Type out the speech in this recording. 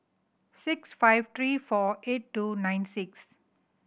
six five three four eight two nine six